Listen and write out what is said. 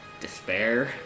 despair